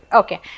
okay